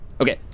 okay